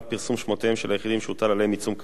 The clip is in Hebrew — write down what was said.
שמותיהם של יחידים שהוטל עליהם עיצום כספי,